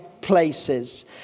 places